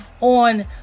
on